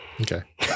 Okay